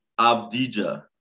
Avdija